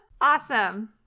Awesome